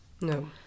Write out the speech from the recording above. No